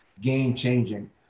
game-changing